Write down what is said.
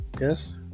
Yes